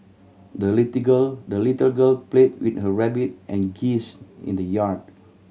the girl the little girl played with her rabbit and geese in the yard